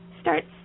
starts